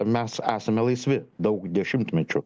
mes esame laisvi daug dešimtmečių